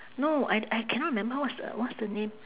no I I cannot remember what's the what's the name